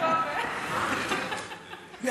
כן,